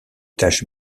taches